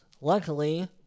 luckily